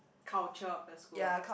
culture of the school ah